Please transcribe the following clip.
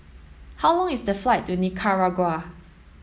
how long is the flight to Nicaragua